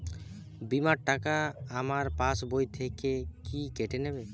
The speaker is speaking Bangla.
বিমার টাকা আমার পাশ বই থেকে কি কেটে নেবে?